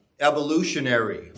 evolutionary